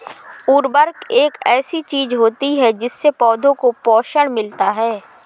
उर्वरक एक ऐसी चीज होती है जिससे पौधों को पोषण मिलता है